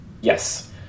Yes